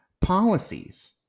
policies